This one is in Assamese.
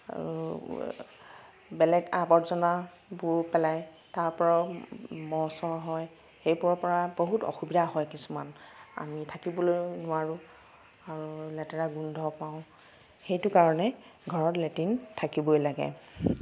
আৰু বেলেগ আৱৰ্জনাবোৰো পেলাই তাৰ পৰাও মহ চহ হয় সেইবোৰৰ পৰা বহুত অসুবিধা হয় কিছুমান আমি থাকিবলৈ নোৱাৰোঁ আৰু লেতেৰা গোন্ধ পাওঁ সেইটো কাৰণে ঘৰত লেট্ৰিন থাকিবই লাগে